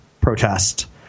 protest